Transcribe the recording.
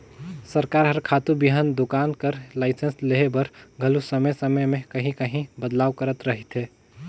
सरकार हर खातू बीहन दोकान कर लाइसेंस लेहे बर घलो समे समे में काहीं काहीं बदलाव करत रहथे